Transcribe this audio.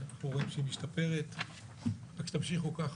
תמשיכו כך.